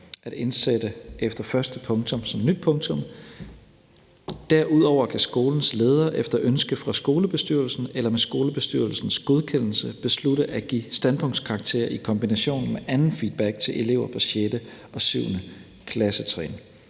stk. 3, efter første punktum som nyt punktum at indsætte: »Derudover kan skolens leder efter ønske fra skolebesty&#x2;relsen eller med skolebestyrelsens godkendelse beslutte at give standpunktskarakterer i kombination med anden feed&#x2;back til elever på 6. og 7. klassetrin.«